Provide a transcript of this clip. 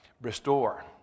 restore